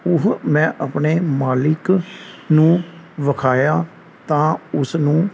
ਉਹ ਮੈਂ ਆਪਣੇ ਮਾਲਕ ਨੂੰ ਵਿਖਾਇਆ ਤਾਂ ਉਸਨੂੰ